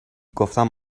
گفتم